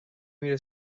میره